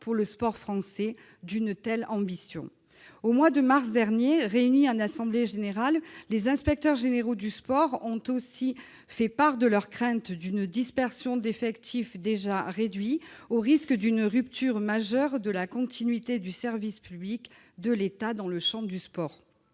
pour le sport français » d'une telle ambition. Au mois de mars dernier, réunis en assemblée générale, les inspecteurs généraux du sport ont aussi fait part de leur crainte d'une « dispersion d'effectifs déjà réduits, au risque d'une rupture majeure de la continuité du service public de l'État dans le champ du sport